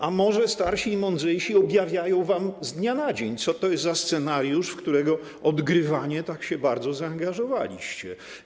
A może starsi i mądrzejsi objawiają wam z dnia na dzień, co to jest za scenariusz, w którego odgrywanie tak bardzo się zaangażowaliście?